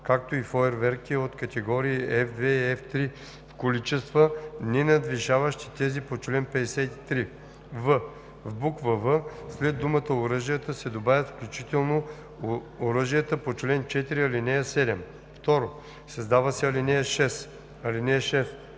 както и фойерверки от категории F2 и F3 в количества, ненадвишаващи тези по чл. 53;“ в) в буква „в“ след думата „оръжията“ се добавя „включително оръжията по чл. 4, ал. 7“. 2. Създава се ал. 6: